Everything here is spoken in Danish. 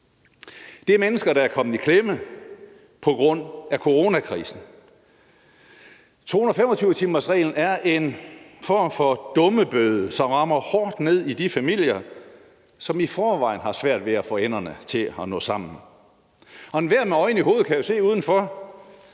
Det er mennesker, der er kommet i klemme på grund af coronakrisen. 225-timersreglen er en form for dummebøde, som rammer hårdt ned i de familier, som i forvejen har svært ved at få enderne til at nå sammen. Og enhver med øjne i hovedet kan jo se,